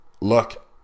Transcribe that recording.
Look